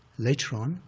later on,